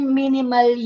minimal